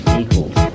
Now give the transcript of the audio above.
equals